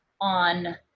on